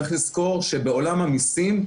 צריך לזכור שבעולם המיסים,